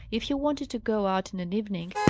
if he wanted to go out in an evening,